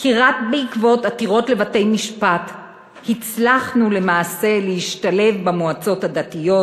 כי רק בעקבות עתירות לבתי-משפט הצלחנו למעשה להשתלב במועצות הדתיות,